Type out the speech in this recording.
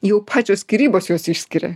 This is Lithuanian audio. jau pačios skyrybos juos išskiria